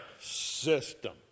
system